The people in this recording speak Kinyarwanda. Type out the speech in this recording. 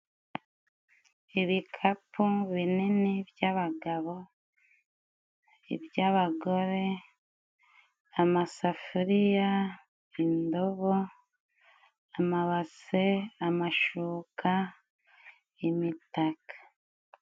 Ibikapu binini by'abagabo, iby'abagore, amasafuriya, indobo, amabase, amashuka ,imitaka.